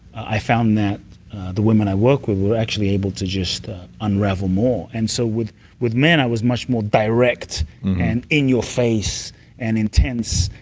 i found that the women i worked with were actually able to just unravel more and so with with men, i was much more direct and in your face and intense,